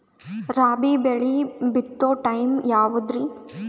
ರಾಬಿ ಬೆಳಿ ಬಿತ್ತೋ ಟೈಮ್ ಯಾವದ್ರಿ?